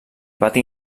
pati